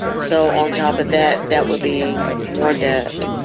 so on top of that, that would be more debt.